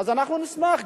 אז אנחנו נשמח,